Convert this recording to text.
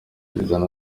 bizana